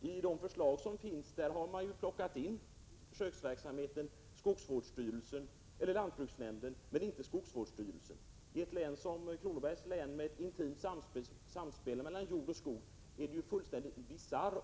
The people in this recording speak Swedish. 3 I de förslag som finns har man låtit försöksverksamheten omfatta lantbruksnämnden men inte skogsvårdsstyrelsen. I ett län som Kronobergs län, där det råder ett intimt samspel mellan jord och skog, är det fullständigt bisarrt